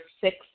six